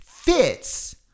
fits